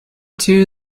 too